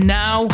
now